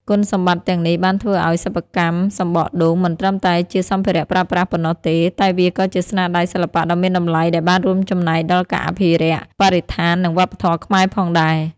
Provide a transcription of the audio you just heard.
គុណសម្បត្តិទាំងនេះបានធ្វើឱ្យសិប្បកម្មសំបកដូងមិនត្រឹមតែជាសម្ភារៈប្រើប្រាស់ប៉ុណ្ណោះទេ តែវាក៏ជាស្នាដៃសិល្បៈដ៏មានតម្លៃដែលបានរួមចំណែកដល់ការអភិរក្សបរិស្ថាន និងវប្បធម៌ខ្មែរផងដែរ។